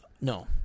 No